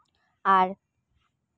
ᱟᱨ